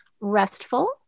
Restful